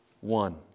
one